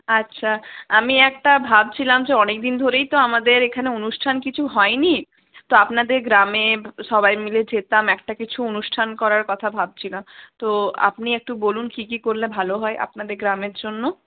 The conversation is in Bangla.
আচ্ছা আমি একটা ভাবছিলাম যে অনেকদিন ধরেই তো আমাদের এখানে অনুষ্ঠান কিছু হয়নি তো আপনাদের গ্রামে সবাই মিলে যেতাম একটা কিছু অনুষ্ঠান করার কথা ভাবছিলাম তো আপনি একটু বলুন কি কি করলে ভালো হয় আপনাদের গ্রামের জন্য